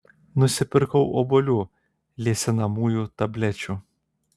nusipirkau obuolių liesinamųjų tablečių